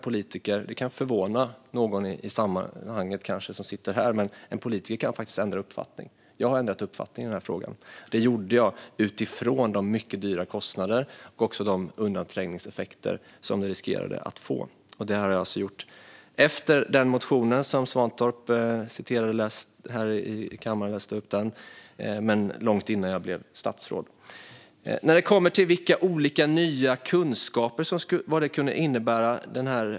Det kan kanske förvåna någon som sitter här i sammanhanget, men en politiker kan faktiskt ändra uppfattning. Jag har ändrat uppfattning i frågan, och det gjorde jag utifrån de mycket höga kostnader och de undanträngningseffekter som detta riskerade att leda till. Och det har jag alltså gjort efter det att jag skrev den motion som Svantorp läste ur här i kammaren, men långt innan jag blev statsråd. Sedan kommer vi till vilka olika nya kunskaper analysen kunde innebära.